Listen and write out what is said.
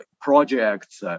projects